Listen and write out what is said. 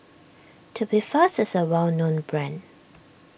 Tubifast is a well known brand